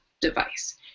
device